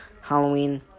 Halloween